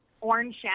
orange